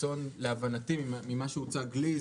להבנתי ממה שהוצג לי,